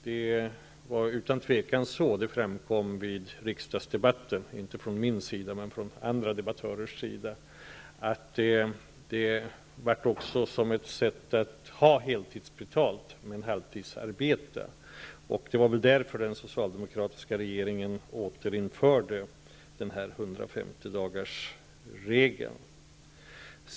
Det framfördes från andra debattörer i riksdagsdebatter att detta blev ett sätt att ha betalt för heltidsarbete men arbeta halvtid. Det var väl därför den socialdemokratiska regeringen återinförde 150 dagarsregeln.